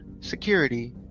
Security